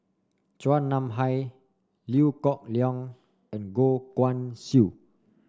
Chua Nam Hai Liew Geok Leong and Goh Guan Siew